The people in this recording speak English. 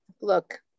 look